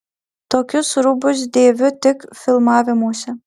tokius rūbus dėviu tik filmavimuose